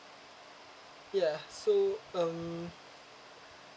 yeah so um